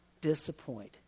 disappoint